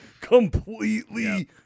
completely